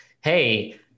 hey